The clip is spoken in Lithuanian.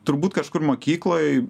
turbūt kažkur mokykloj